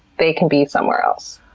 they can be somewhere else.